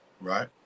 Right